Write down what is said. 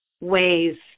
ways